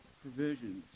provisions